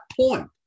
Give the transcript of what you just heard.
point